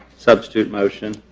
substitute motion.